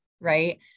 right